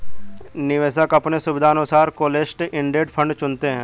निवेशक अपने सुविधानुसार क्लोस्ड इंडेड फंड चुनते है